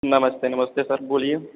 नमस्ते नमस्ते सर बोलिए